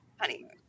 honeymoon